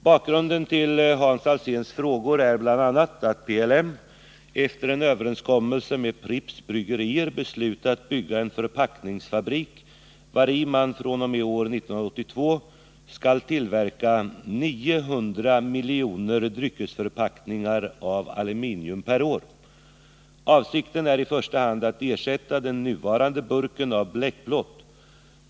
Bakgrunden till Hans Alséns frågor är bl.a. att PLM efter en överenskommelse med Pripps bryggerier beslutat bygga en förpackningsfabrik, vari man fr.o.m. år 1982 skall tillverka 900 miljoner dryckesförpackningar av aluminium per år. Avsikten är i första hand att ersätta den nuvarande burken av bleckplåt.